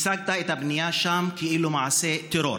הצגת את הבנייה שם כאילו היא מעשה טרור.